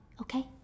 okay